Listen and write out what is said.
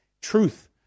Truth